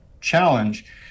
challenge